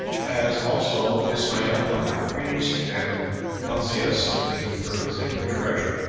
as also ismael the high priest, and helcias, the keeper of the sacred treasure.